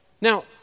Now